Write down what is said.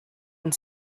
and